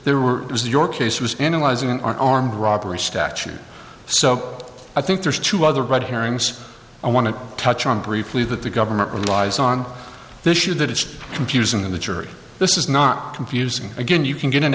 there were as your case was analyzing an armed robbery statute so i think there's two other red herrings i want to touch on briefly that the government relies on the issue that it's confusing the jury this is not confusing again you can get an